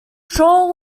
shaw